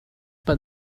but